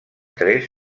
tres